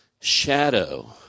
Shadow